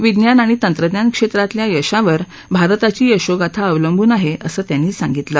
विज्ञान आणि तंत्रज्ञान क्षेत्रातल्या यशावर भारताची यशोगाथा अवलंबून आहे असं त्यांनी सांगितलं